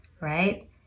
right